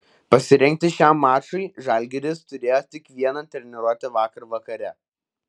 pasirengti šiam mačui žalgiris turėjo tik vieną treniruotę vakar vakare